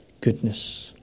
goodness